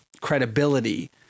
credibility